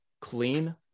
clean